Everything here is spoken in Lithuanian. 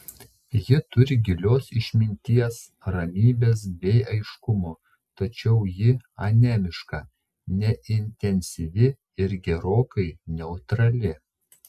ji turi gilios išminties ramybės bei aiškumo tačiau ji anemiška neintensyvi ir gerokai neutrali